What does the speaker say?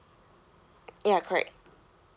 ya correct